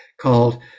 called